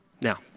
Now